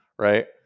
Right